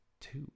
two